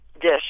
dish